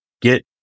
get